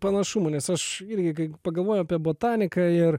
panašumų nes aš irgi kai pagalvoju apie botaniką ir